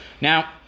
Now